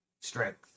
Strength